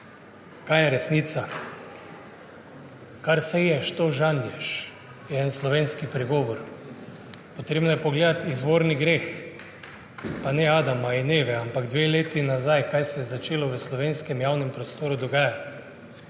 Kaj je resnica? Kar seješ, to žanješ, je slovenski pregovor. Treba je pogledati izvirni greh. Pa ne Adama in Eve, ampak dve leti nazaj, kaj se je začelo dogajati v slovenskem javnem prostoru.